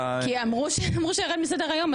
הייתי בדיונים אחרים כי אמרו שזה ירד מסדר היום.